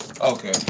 Okay